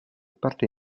parte